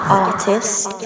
artist